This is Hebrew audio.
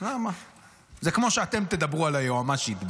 זה כמו שאתם תדברו על היועמ"שית בערך.